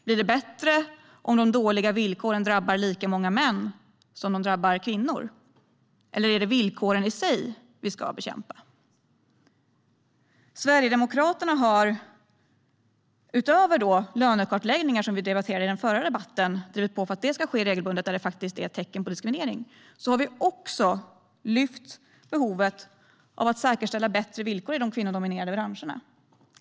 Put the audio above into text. Blir det bättre om de dåliga villkoren drabbar lika många män som kvinnor, eller är det villkoren i sig vi ska bekämpa? Utöver lönekartläggningar, som vi debatterade tidigare och som Sverigedemokraterna har drivit på för att få igenom regelbundet där det finns tecken på diskriminering, har Sverigedemokraterna också lyft fram behovet av att säkerställa bättre villkor i de kvinnodominerade branscherna.